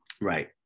right